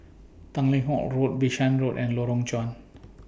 Tanglin Halt Road Bishan Road and Lorong Chuan